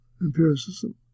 empiricism